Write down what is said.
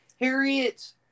Harriet